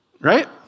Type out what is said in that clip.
right